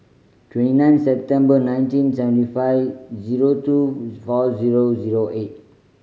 twenty nine September nineteen seventy five zero two four zero zero eight